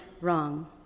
wrong